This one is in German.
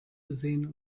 gesehen